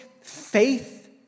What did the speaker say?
faith